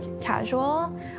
casual